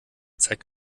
zeig